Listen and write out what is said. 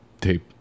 tape